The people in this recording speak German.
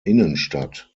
innenstadt